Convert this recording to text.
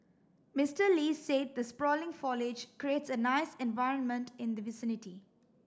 Mister Lee said the sprawling foliage creates a nice environment in the vicinity